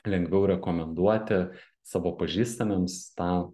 lengviau rekomenduoti savo pažįstamiems tą